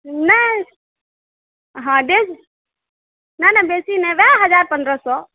नहि हँ नहि नहि बेसी नहि ओएह हजार पन्द्रह सए